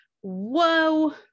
whoa